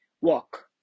walk